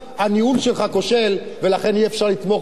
ולכן אי-אפשר לתמוך במדיניות הכושלת שלך.